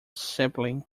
sapling